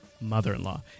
Mother-in-law